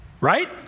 right